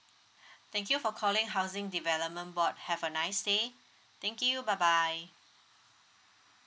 thank you for calling housing development board have a nice day thank you bye bye